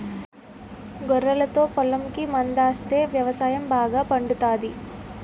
గొర్రెలతో పొలంకి మందాస్తే వ్యవసాయం బాగా పండుతాది